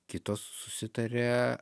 kitos susitaria